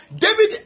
David